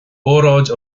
óráid